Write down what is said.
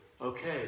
Okay